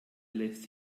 lässt